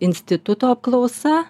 instituto apklausa